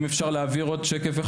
אם אפשר להעביר עוד שקף,